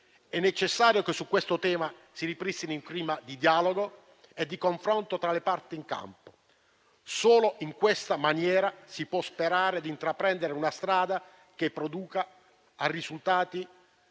È necessario che su questo tema si ripristini un clima di dialogo e di confronto tra le parti in campo; solo in questa maniera si può sperare di intraprendere una strada che conduca a risultati